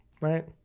right